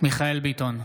מיכאל מרדכי ביטון,